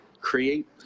Create